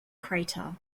crater